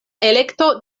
elekto